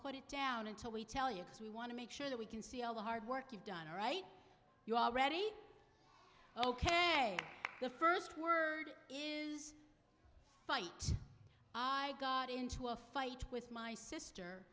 put it down until we tell you we want to make sure that we can see all the hard work you've done right you already ok the first word is fight i got into a fight with my sister